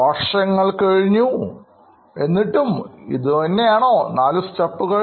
വർഷങ്ങൾ കഴിഞ്ഞിട്ടും ഇതുതന്നെയാണോ നാല് സ്റ്റെപ്പുകൾ